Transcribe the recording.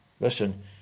listen